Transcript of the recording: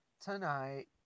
tonight